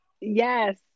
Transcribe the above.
yes